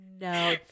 no